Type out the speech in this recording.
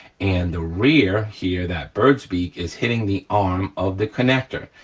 and the rear here, that bird's beak, is hitting the arm of the connector.